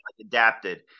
adapted